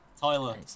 Tyler